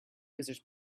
users